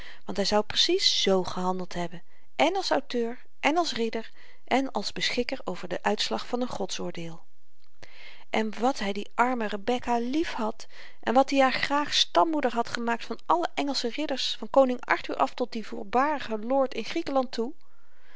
want hy zou precies z gehandeld hebben èn als auteur èn als ridder èn als beschikker over den uitslag van n godsoordeel en wat hy die arme rebekka liefhad en wat i haar graag stammoeder had gemaakt van alle engelsche ridders van koning arthur af tot dien voorbarigen lord in griekenland toe